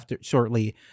shortly